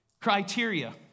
criteria